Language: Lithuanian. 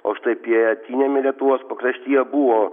o štai pietiniame lietuvos pakraštyje buvo